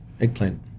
Eggplant